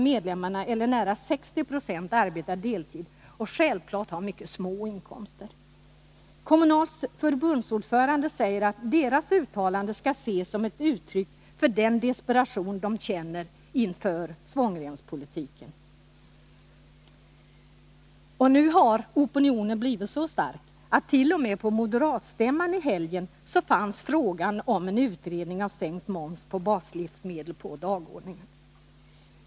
nära 60 26 av medlemmarna, arbetar deltid och självfallet har mycket små inkomster. Kommunals förbundsordförande säger att förbundets uttalande skall ses som ett uttryck för den desperation de känner inför svångremspolitiken. Nu har opinionen blivit så stark att t.o.m. på modera ämman i helgen fanns frågan om en utredning av sänkt moms på baslivsmedel på dagordningen.